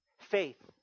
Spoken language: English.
Faith